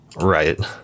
Right